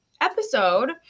episode